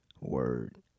Word